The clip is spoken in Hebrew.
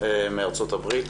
מארצות הברית